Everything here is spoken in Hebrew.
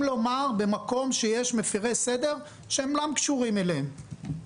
במקום שיש מפרי סדר הם יודעים לומר שהם גם קשורים אליהם,